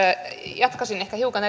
jatkaisin ehkä hiukan